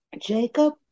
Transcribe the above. Jacob